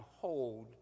hold